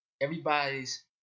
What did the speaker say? everybody's